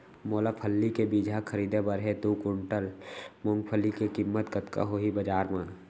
मोला फल्ली के बीजहा खरीदे बर हे दो कुंटल मूंगफली के किम्मत कतका होही बजार म?